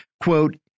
quote